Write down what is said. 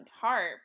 harp